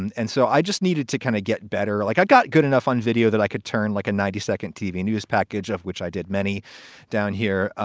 and and so i just needed to kind of get better. like, i got good enough on video that i could turn like a ninety second tv news package, of which i did many down here.